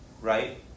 right